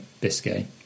Biscay